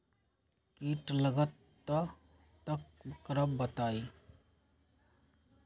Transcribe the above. कीट लगत त क करब बताई?